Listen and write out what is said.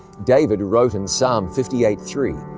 david wrote in psalm fifty eight three,